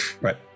Right